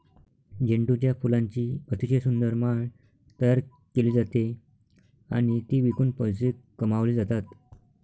झेंडूच्या फुलांची अतिशय सुंदर माळ तयार केली जाते आणि ती विकून पैसे कमावले जातात